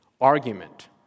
argument